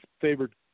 favored